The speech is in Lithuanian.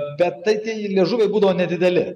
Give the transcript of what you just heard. bet tai tie liežuviai būdavo nedideli